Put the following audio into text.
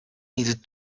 needed